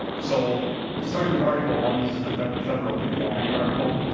so starting with article one this is the federal conformity article.